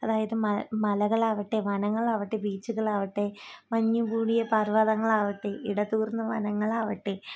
അതായത് മൽ മലകളാകട്ടെ വനങ്ങളാകട്ടെ ബീച്ചുകളാകട്ടെ മഞ്ഞു മൂടിയ പർവ്വതങ്ങളാകട്ടെ ഇടതൂർന്ന വനങ്ങളാകട്ടെ